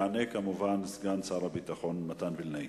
יענה כמובן סגן שר הביטחון מתן וילנאי.